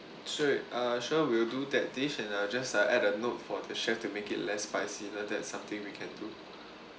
sure uh sure we'll do that dish and uh just uh add a note for the chef to make it less spicy lah that's something we can do